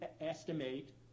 estimate